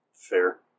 Fair